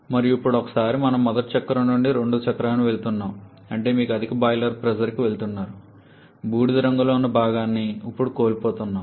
మరియు ఇప్పుడు ఒకసారి మనము మొదటి చక్రం నుండి రెండవ చక్రానికి వెళుతున్నాము అంటే మీకు అధిక బాయిలర్ ప్రెజర్కి వెళుతున్నారు బూడిద రంగులో ఉన్న భాగాన్ని ఇప్పుడు కోల్పోతున్నాము